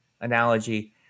analogy